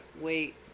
wait